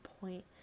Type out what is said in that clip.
point